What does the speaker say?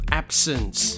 absence